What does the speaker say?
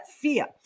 fear